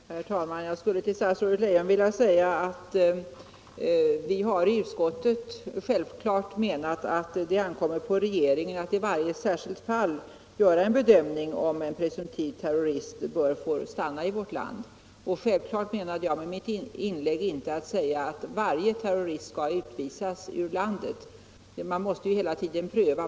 Herr talman! Jag skulle till statsrådet Leijon vilja säga att vi i utskottet självfallet har menat att det ankommer på regeringen att i varje särskilt fall göra en bedömning av om en presumtiv terrorist bör få stanna i vårt land. Naturligtvis avsåg jag med mitt inlägg inte att säga att varje terrorist skall utvisas ur landet; man måste ju hela tiden pröva.